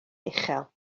uchel